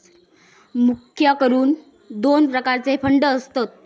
मुख्य करून दोन प्रकारचे फंड असतत